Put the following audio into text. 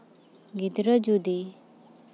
ᱜᱤᱫᱽᱨᱟᱹ ᱡᱩᱫᱤ